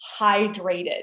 hydrated